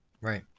right